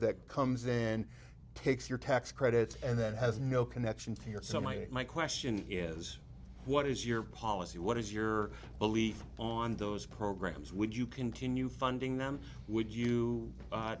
that comes in takes your tax credits and that has no connection to your so my my question is what is your policy what is your belief on those programs would you continue funding them would you